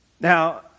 Now